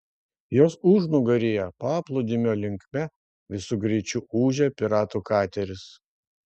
jos užnugaryje paplūdimio linkme visu greičiu ūžė piratų kateris